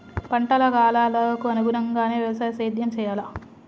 పంటల కాలాలకు అనుగుణంగానే వ్యవసాయ సేద్యం చెయ్యాలా?